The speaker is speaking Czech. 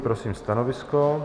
Prosím stanovisko.